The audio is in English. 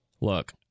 Look